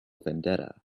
vendetta